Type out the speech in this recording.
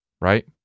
Right